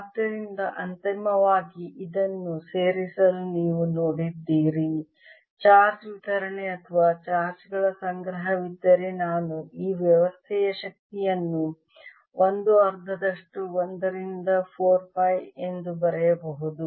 ಆದ್ದರಿಂದ ಅಂತಿಮವಾಗಿ ಇದನ್ನು ಸೇರಿಸಲು ನೀವು ನೋಡಿದ್ದೀರಿ ಚಾರ್ಜ್ ವಿತರಣೆ ಅಥವಾ ಚಾರ್ಜ್ ಗಳ ಸಂಗ್ರಹವಿದ್ದರೆ ನಾನು ಈ ವ್ಯವಸ್ಥೆಯ ಶಕ್ತಿಯನ್ನು 1 ಅರ್ಧದಷ್ಟು 1 ರಿಂದ 4 ಪೈ ಎಂದು ಬರೆಯಬಹುದು